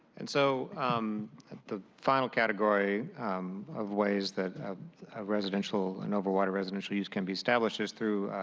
and so the final category um of ways that residential and overwater residential use can be established is through,